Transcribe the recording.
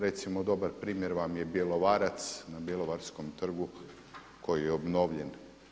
Recimo dobar primjer vam je Bjelovarac na Bjelovarskom trgu koji je obnovljen.